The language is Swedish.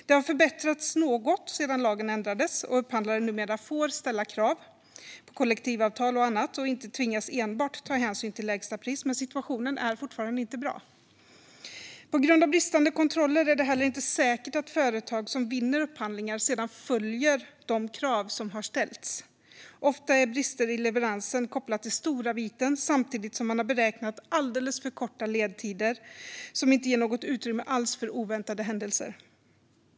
Det har förbättrats något sedan lagen ändrades och upphandlare numera får ställa krav på kollektivavtal och annat och inte tvingas ta hänsyn enbart till lägsta pris, men situationen är fortfarande inte bra. På grund av bristande kontroller är det heller inte säkert att företag som vinner upphandlingar sedan följer de krav som ställts. Ofta är brister i leveransen kopplade till stora viten, samtidigt som man har beräknat alldeles för korta ledtider som inte ger något utrymme alls för oväntade händelser.